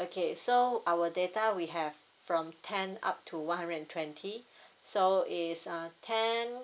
okay so our data we have from ten up to one hundred and twenty so it's uh ten